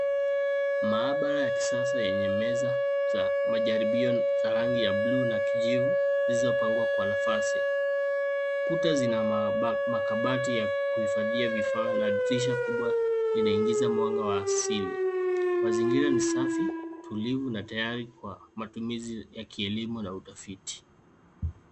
Maabara ya kisasa yenye meza za majaribio za rangi ya blue na kijivu zilizopangwa kwa nafasi .Kuta zina makabati ya kuhifadhia vifaa na dirisha kubwa linaingiza mwanga wa asili. Mazingira ni safi, tulivu na tayari kwa matumizi ya kilimo la utafiti.